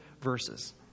verses